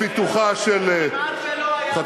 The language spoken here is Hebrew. לפיתוחה של חצור-הגלילית,